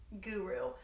guru